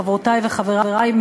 חברותי וחברי,